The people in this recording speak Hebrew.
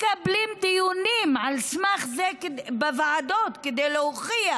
מקבלים דיונים על סמך זה בוועדות כדי להוכיח